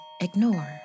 ignore